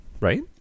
right